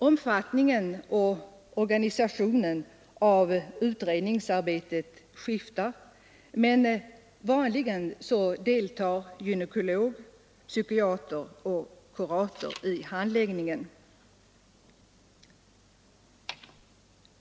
Omfattningen och organisationen av utredningsarbetet skiftar, men vanligen deltar gynekolog, psykiater och kurator i handläggningen.